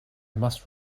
must